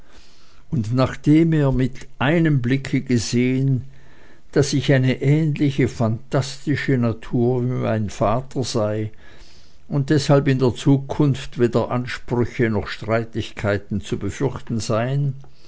und nachdem er mit einem blicke gesehen daß ich eine ähnliche phantastische natur wie mein vater und deshalb in der zukunft weder ansprüche noch streitigkeiten zu befürchten seien